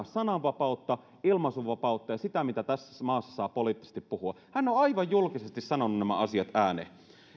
sananvapautta ilmaisunvapautta ja sitä mitä tässä maassa saa poliittisesti puhua hän on on aivan julkisesti sanonut nämä asiat ääneen